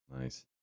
Nice